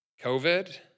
COVID